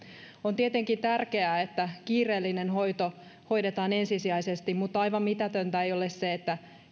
on tietenkin tärkeää että kiireellinen hoito hoidetaan ensisijaisesti mutta aivan mitätöntä ei ole se että